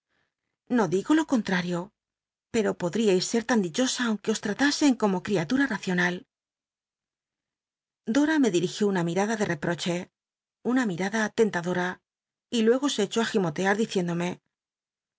no digo lo contrario pero podriais ser tan dichosa aunque os tratasen como criatura racional dora me dirigió una mirada de reproche una mirada lent adora y luego se cebó j gimotear diciéndome